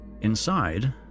Inside